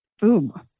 Boom